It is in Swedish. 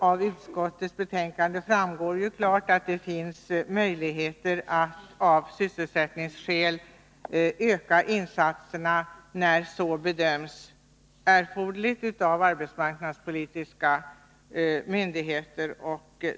Av utskottets betänkande framgår klart att det finns möjligheter att av sysselsättningsskäl öka insatserna, när så bedöms erforderligt av arbesmarknadsmyndigheterna.